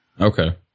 Okay